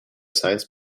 science